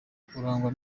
arangwa